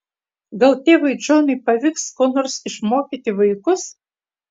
gal tėvui džonui pavyks ko nors išmokyti vaikus